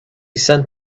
sent